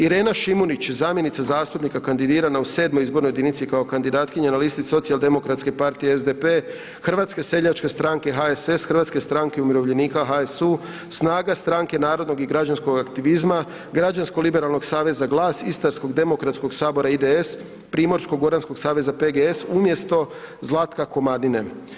Irena Šimunić zamjenica zastupnika kandidirana u VII. izbornoj jedinici kao kandidatkinja na listi na listi Socijaldemokratske partije Hrvatske, SDP, Hrvatske seljačke stranke, HSS, Hrvatske stranke umirovljenika, HSU, SNAGA, Stranke narodnog i građanskog aktivizma, Građansko-liberalnog aktivizma, GLAS, Istarsko demokratskog sabora, IDS, Primorsko-goranskog saveza, PGS umjesto Zlatka Komadine.